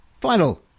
final